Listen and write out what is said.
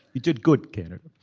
you did good. canada